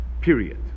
period